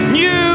new